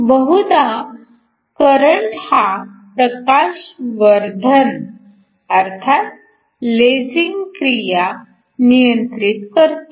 बहुधा करंट हा प्रकाशवर्धन अर्थात लेसिंग क्रिया नियंत्रित करतो